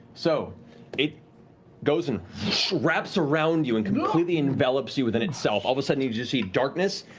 so it goes and wraps around you and completely envelops you within itself. all of a sudden you just see darkness,